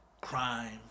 crime